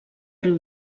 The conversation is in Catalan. riu